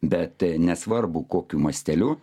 bet nesvarbu kokiu masteliu